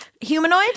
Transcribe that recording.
Humanoid